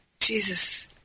Jesus